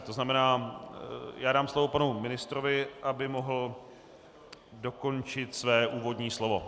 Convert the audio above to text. To znamená, dám slovo panu ministrovi, aby mohl dokončit své úvodní slovo.